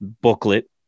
booklet